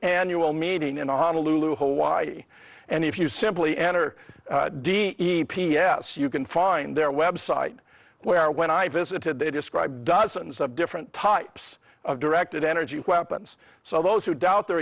annual meeting in honolulu hawaii and if you simply enter d e c p s you can find their website where when i visited they described dozens of different types of directed energy weapons so those who doubt their